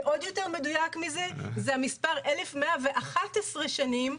ועוד יותר מדויק מזה זה המספר 1,111 שנים,